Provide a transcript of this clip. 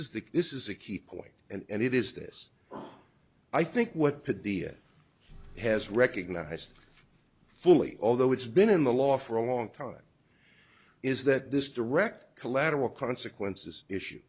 is the this is a key point and it is this i think what has recognized fully although it's been in the law for a long time is that this direct collateral consequences issue